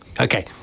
Okay